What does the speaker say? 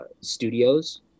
Studios